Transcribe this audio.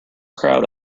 crowd